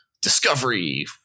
discovery